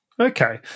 Okay